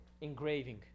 engraving